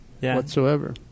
whatsoever